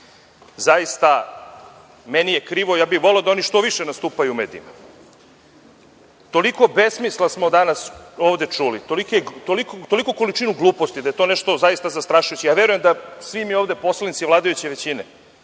Zaista, meni je krivo, ja bih voleo da oni što više nastupaju u medijima. Toliko besmisla smo danas čuli ovde, toliku količinu gluposti da je to nešto zaista zastrašujuće. Ja verujem da svi mi ovde poslanici vladajuće većine